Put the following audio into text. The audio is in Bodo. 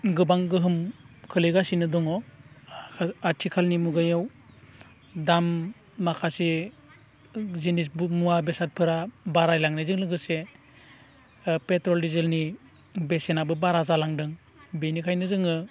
गोबां गोहोम खोलैगासिनो दङ आथिखालनि मुगायाव दाम माखासे जिनिस मुवा बेसादफोरा बारायलांनायजों लोगोसे पेट्रल दिजेलनि बेसेनाबो बारा जालांदों बेनिखायनो जोङो